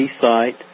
site